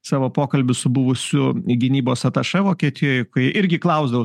savo pokalbius su buvusiu gynybos atašė vokietijoj kai irgi klausdavau